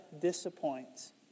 disappoints